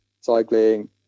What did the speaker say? cycling